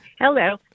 Hello